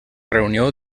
reunió